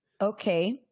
Okay